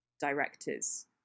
directors